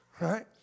Right